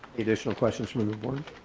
additional questions from the board